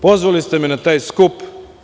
Pozvali ste me na taj skup.